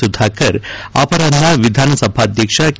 ಸುಧಾಕರ್ ಅಪರಾಹ್ನ ವಿಧಾನಸಭಾಧ್ಯಕ್ಷ ಕೆ